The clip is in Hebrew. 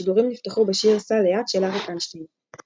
השידורים נפתחו בשיר "סע לאט" של אריק איינשטיין.